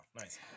Nice